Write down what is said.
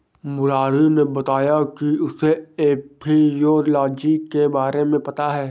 मुरारी ने बताया कि उसे एपियोलॉजी के बारे में पता है